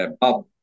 Bob